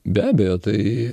be abejo tai